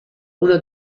uno